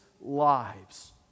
lives